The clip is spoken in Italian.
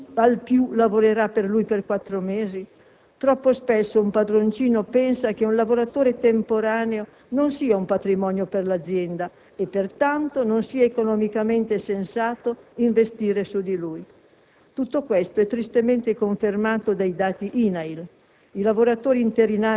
Perché mai un datore di lavoro dovrebbe investire sulla sicurezza di qualcuno che, al più, lavorerà per lui per 4 mesi? Troppo spesso un padroncino pensa che un lavoratore temporaneo non sia un patrimonio per l'azienda e, pertanto, non sia economicamente sensato investire su di lui.